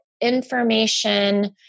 information